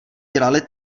dělali